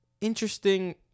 interesting